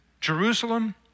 Jerusalem